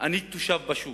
אני תושב פשוט,